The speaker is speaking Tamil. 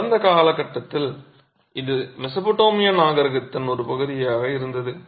கடந்த காலத்தில் இது மெசபடோமிய நாகரிகத்தின் ஒரு பகுதியாக இருந்தது